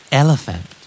elephant